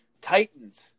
Titans